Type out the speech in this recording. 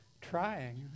trying